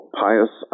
pious